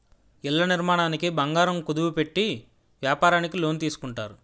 ఇళ్ల నిర్మాణానికి బంగారం కుదువ పెట్టి వ్యాపారానికి లోన్ తీసుకుంటారు